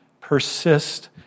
persist